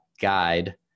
guide